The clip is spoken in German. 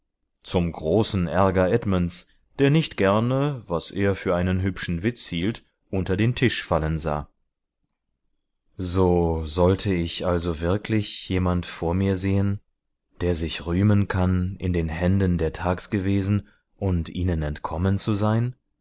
zum großen ärger edmunds der nicht gerne was er für einen hübschen witz hielt unter den tisch fallen sah so sollte ich also wirklich jemand vor mir sehen der sich rühmen kann in den händen der thags gewesen und ihnen entkommen zu sein